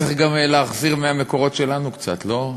צריך להחזיר מהמקורות שלנו קצת, לא?